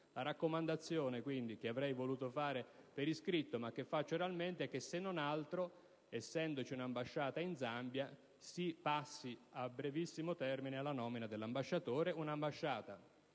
la raccomandazione, che avrei voluto fare per iscritto ma che faccio oralmente, è che, se non altro, essendoci un'ambasciata nello Zambia, si passi a brevissimo termine alla nomina dell'ambasciatore. Tale ambasciata